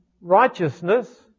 Righteousness